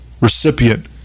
recipient